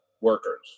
workers